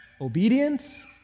Obedience